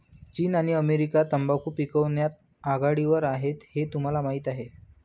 चीन आणि अमेरिका तंबाखू पिकवण्यात आघाडीवर आहेत हे तुम्हाला माहीत आहे